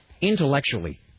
intellectually